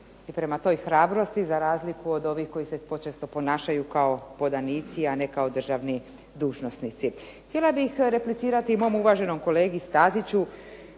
i prema toj hrabrosti za razliku od ovih koji se počesto ponašaju kao podanici, a ne kao državni dužnosnici. Htjela bih replicirati mom uvaženom kolegi Staziću